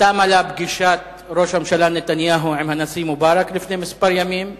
תמה לה פגישת ראש הממשלה נתניהו עם הנשיא מובארק לפני כמה ימים,